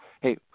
hey